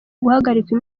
guhagarikwa